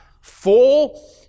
full